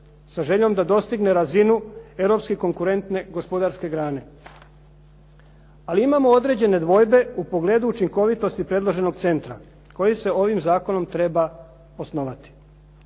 sa željom da dostigne razinu europski konkurentne gospodarske grane. Ali imamo određene dvojbe u pogledu učinkovitosti predloženog centra koji se ovim zakonom treba osnovati.